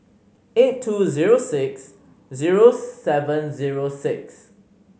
eight two zero six zero seven zero six